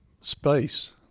space